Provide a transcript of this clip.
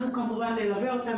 אנחנו כמובן נלווה אותן,